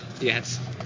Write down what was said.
Yes